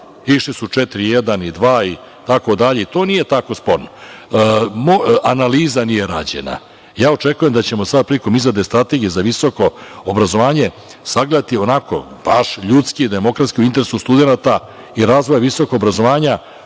Išli su 4-1-2 itd. To i nije tako sporno. Analiza nije rađena. Ja očekujem da ćemo sada, prilikom izrade strategije za visoko obrazovanje, sagledati onako, baš ljudski, demokratski, u interesu studenata i razvoja visokog obrazovanja,